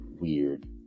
weird